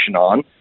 on